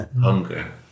hunger